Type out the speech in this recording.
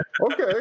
Okay